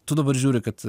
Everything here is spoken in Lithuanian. tu dabar žiūri kad